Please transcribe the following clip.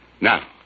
Now